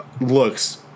looks